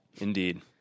Indeed